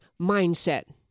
mindset